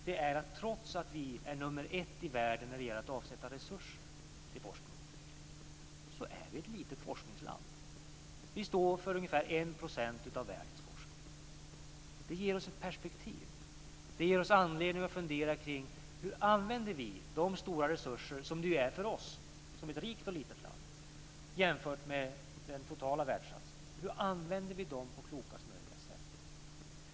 Det är att trots att vi är nummer ett i världen när det gäller att avsätta resurser till forskning och utveckling är vi ett litet forskningsland. Vi står för ungefär 1 % av världens forskning. Det ger oss ett perspektiv. Det ger oss anledning att fundera kring hur vi använder de stora resurser som det ju är för oss som ett rikt och litet land jämfört med den totala världssatsningen. Hur använder vi dem på klokast möjliga sätt?